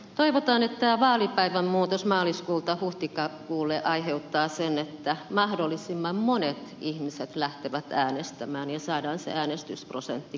toivotaan että vaalipäivän muutos maaliskuulta huhtikuulle aiheuttaa sen että mahdollisimman monet ihmiset lähtevät äänestämään ja saadaan se äänestysprosentti kohoamaan